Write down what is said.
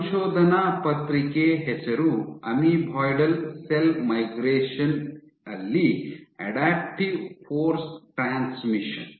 ಸಂಶೋಧನಾ ಪತ್ರಿಕೆ ಹೆಸರು ಅಮೀಬಾಯ್ಡಲ್ ಸೆಲ್ ಮೈಗ್ರೇಷನ್ ಯಲ್ಲಿ ಅಡಾಪ್ಟಿವ್ ಫೋರ್ಸ್ ಟ್ರಾನ್ಸ್ಮಿಷನ್